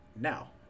now